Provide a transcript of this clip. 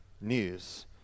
news